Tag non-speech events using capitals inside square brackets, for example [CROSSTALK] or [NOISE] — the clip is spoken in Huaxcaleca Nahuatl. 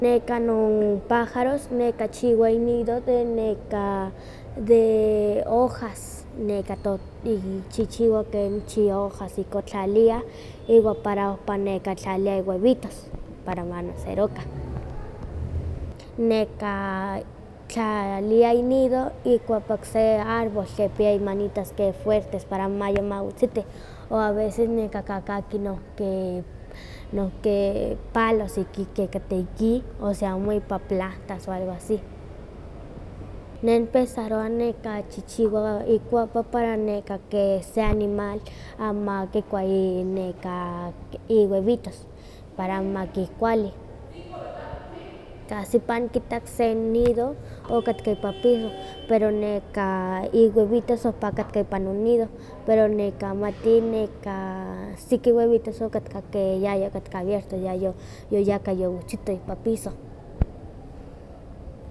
Nekan non pájaros kichiwa inido de neka de hojas, neka tot- kichichiwa ika nochi hojas ihkon ktlaliah iwa para ohpa ktlalia iwebitos, para manacerokah. Nekahtlalia inido ikuapak se árbol, kipia imanitas fuertes para amo ma yawi ma wetzitih, o a veces kakahki nohk nohki palos ke kateh ihki o siamo ipa plahtas o algo así. Neh nihpensarowa kichichiwa ikuaka para neka keh se animal amo kikua y neka iwebitos, para amo kikuali. [NOISE] Ka semi nikitak se nido okatka ipa piso pero neka iwebitos ohpa okatka ipa inido, pero amati siki webitos okatkah abiertos, yoyahka yowetzitoh ipa piso.